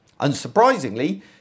Unsurprisingly